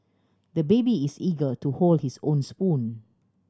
the baby is eager to hold his own spoon